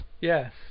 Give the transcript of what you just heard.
Yes